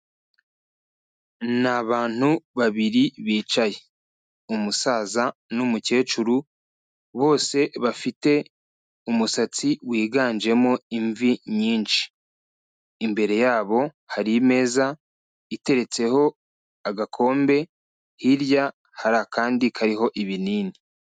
Ni abantu babiri bicaye, umusaza n'umukecuru bose bafite umusatsi wiganjemo imvi nyinshi, imbere yabo hari imeza iteretseho agakombe, hirya hara akandi kariho ibinini.